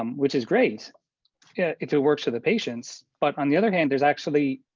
um which is great yeah if it works for the patients. but on the other hand, there's actually,